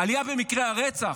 עלייה במקרי הרצח,